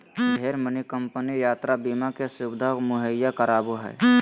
ढेरे मानी कम्पनी यात्रा बीमा के सुविधा मुहैया करावो हय